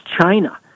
China